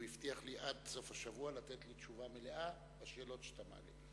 הוא הבטיח לי עד סוף השבוע לתת לי תשובה מלאה על השאלות שאתה מעלה.